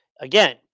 Again